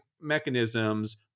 mechanisms